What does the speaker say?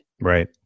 Right